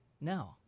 No